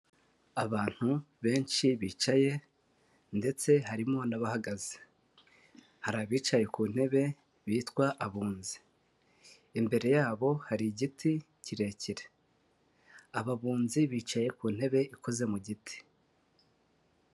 Abantu benshi bicaye ndetse harimo n'abahagaze, hari abicaye ku ntebe bitwa abunzi, imbere yabo hari igiti kirekire, aba bunzi bicaye ku ntebe ikoze mu giti.